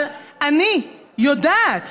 אבל אני יודעת,